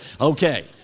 okay